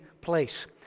place